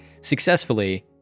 successfully